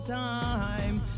time